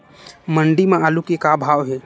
मंडी म आलू के का भाव हे?